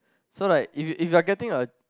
so like if you if you are getting a